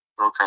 Okay